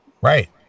Right